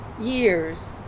years